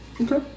Okay